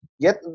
get